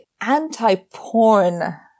anti-porn